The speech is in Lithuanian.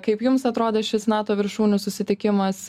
kaip jums atrodė šis nato viršūnių susitikimas